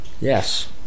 Yes